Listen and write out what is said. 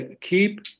keep